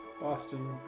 Boston